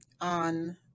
on